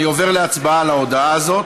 אני עובר להצבעה על ההודעה הזאת.